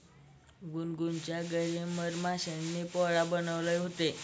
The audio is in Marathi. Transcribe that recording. गुनगुनच्या घरी मधमाश्यांनी पोळं बनवले होते